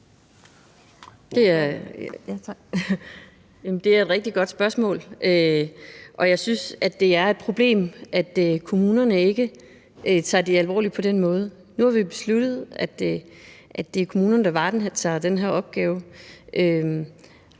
Det er et rigtig godt spørgsmål, og jeg synes, det er et problem, at kommunerne ikke tager det alvorligt på den måde. Nu har vi besluttet, at det er kommunerne, der varetager den her opgave,